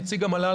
נציג המל"ל,